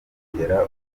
kongera